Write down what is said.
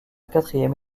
quatrième